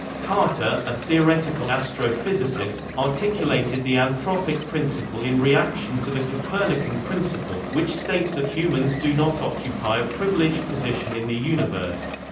carter, a theoretical astrophysicist, articulated the anthropic principle in reaction to the copernican principle, which states that humans do not occupy a privileged position in the universe.